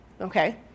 okay